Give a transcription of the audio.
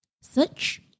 search